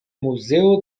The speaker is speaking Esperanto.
muzeo